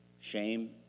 shame